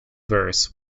verse